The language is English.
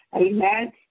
Amen